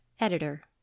Editor